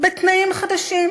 בתנאים חדשים.